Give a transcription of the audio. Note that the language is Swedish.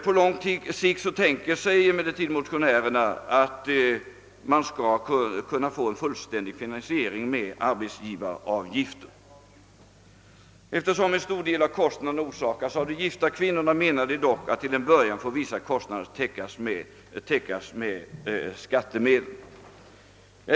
På lång sikt tänker sig emellertid motionärerna att man skulle kunna få en fullständig finansiering med <arbetsgivaravgifter. Eftersom en stor del av kostnaderna orsakas av de gifta kvinnorna menar motionärerna dock att vissa kostnader till en början får täckas med skattemedel.